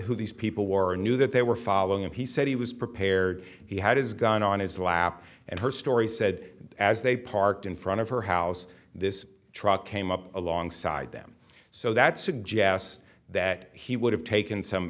who these people were knew that they were following him he said he was prepared he had his gun on his lap and herstory said as they parked in front of her house this truck came up alongside them so that suggests that he would have taken some